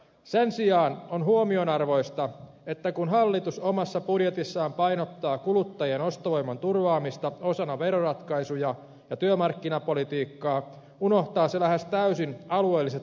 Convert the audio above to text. sen sijaan on huomionarvoista että kun hallitus omassa budjetissaan painottaa kuluttajien ostovoiman turvaamista osana veroratkaisuja ja työmarkkinapolitiikkaa unohtaa se lähes täysin alueelliset näkökohdat